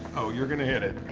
oh, you're gonna hit it.